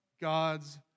God's